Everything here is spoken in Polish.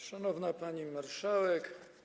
Szanowna Pani Marszałek!